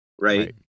right